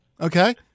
Okay